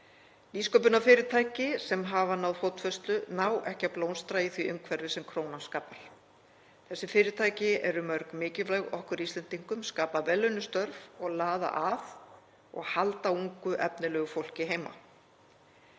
Nýsköpunarfyrirtæki sem hafa náð fótfestu ná ekki að blómstra í því umhverfi sem krónan skapar. Þessi fyrirtæki eru mörg mikilvæg okkur Íslendingum, skapa vel launuð störf og laða að og halda ungu og efnilegu fólki heima.